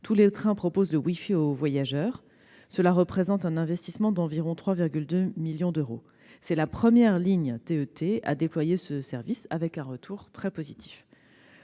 tous les trains proposent le wifi aux voyageurs. Cela représente un investissement d'environ 3,2 millions d'euros. C'est la première ligne TET à déployer ce service, avec un retour très positif.